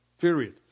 Period